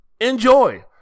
Enjoy